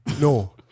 no